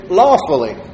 lawfully